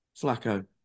Flacco